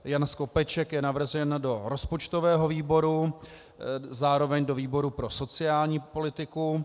Jan Skopeček navržen do rozpočtového výboru, zároveň do výboru pro sociální politiku.